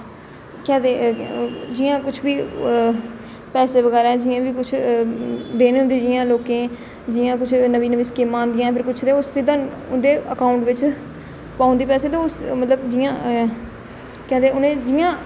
केह् आखदे जि'यां कुछ बी पैसे बगैरा जि'यां बी कुछ देने होंदे जि'यां लोकें जि'यां कुछ नमीं नमीं स्कीमां आंदियां फिर कुछ ओह् सिद्धा उं'दे अकाउंट बिच पाई दे पैसे ते मतलब ओह् जि'यां केह् आखदे उ'नें जि'यां